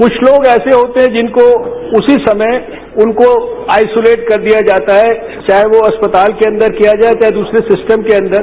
कृष्ठ लोग ऐसे होते हैं जिनको उसी समय उनको आइस्यूलेट कर दिया जाता है चाहे वो अस्पताल के अंदर किया जाये या दूसरे सिस्टम के अंदर